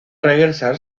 regresar